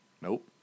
Nope